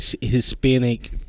Hispanic